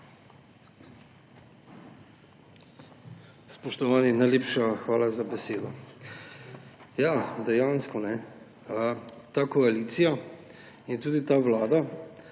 Spoštovani! Najlepša hvala za besedo. Dejansko ta koalicija in tudi ta vlada,